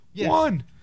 One